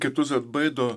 kitus atbaido